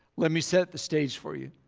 let me set the stage for you.